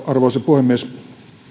arvoisa puhemies